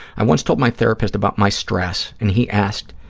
i once told my therapist about my stress and he asked,